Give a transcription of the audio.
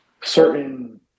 certain